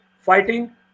fighting